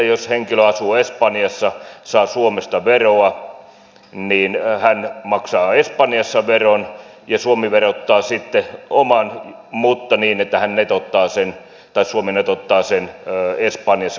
jos henkilö asuu espanjassa saa suomesta eläkettä niin hän maksaa espanjassa veron ja suomi verottaa sitten oman mutta niin että suomi netottaa sen espanjassa maksetun veron